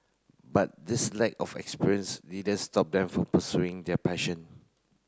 but this lack of experience didn't stop them from pursuing their passion